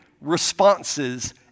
responses